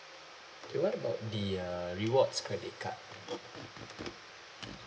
okay what about the uh rewards credit card